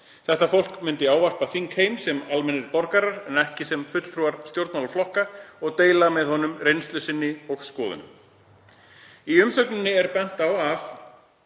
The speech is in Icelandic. Þetta fólk myndi ávarpa þingheim sem almennir borgarar ekki sem fulltrúar stjórnmálaflokka og deila með honum reynslu sinni og skoðunum“. Í umsögninni er bent á að